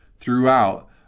throughout